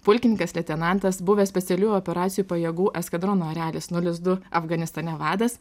pulkininkas leitenantas buvęs specialiųjų operacijų pajėgų eskadrono erelis nulis du afganistane vadas